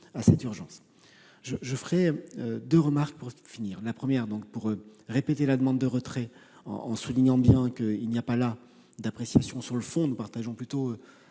à cette urgence. Je ferai deux remarques pour finir. Tout d'abord, je réitère la demande de retrait en soulignant bien qu'il n'y a pas là d'appréciation sur le fond. Nous partageons le